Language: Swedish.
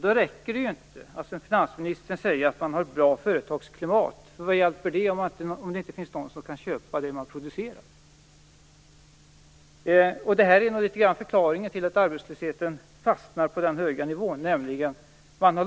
Då räcker det inte att som finansministern säga att man har ett bra företagsklimat, för vad hjälper det om det inte finns någon som kan köpa det företagen producerar? Det här, att man har låtit skatterna dra i väg, är nog till en del förklaringen till att arbetslösheten fastnar på den höga nivån.